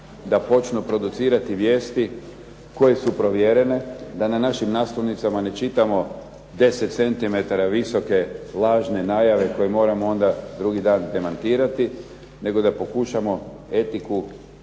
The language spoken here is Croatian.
da počnu producirati vijesti koje su provjerene, da na našim naslovnicama ne čitamo 10 centimetara visoke lažne najave koje moramo onda drugi dan demantirati, nego da pokušamo etiku